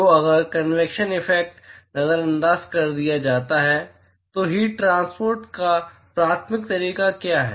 तो अगर convection effects को नजरअंदाज कर दिया जाता है तो हीट ट्रांसपोर्ट का प्राथमिक तरीका क्या है